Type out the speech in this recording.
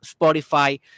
Spotify